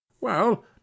Well